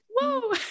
whoa